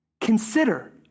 Consider